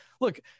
look